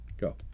Go